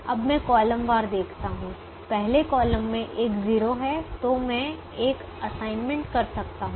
अब मैं कॉलम वार देखता हूं पहले कॉलम में एक 0 है तो मैं एक असाइनमेंट कर सकता हूं